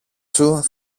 σου